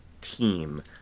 team